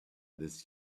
this